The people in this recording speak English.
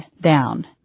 down